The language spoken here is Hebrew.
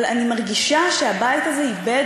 אבל אני מרגישה שהבית הזה איבד